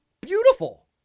beautiful